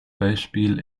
beispiel